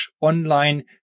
online